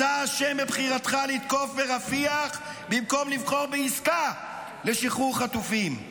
אתה אשם בבחירתך לתקוף ברפיח במקום לבחור בעסקה לשחרור חטופים.